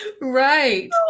Right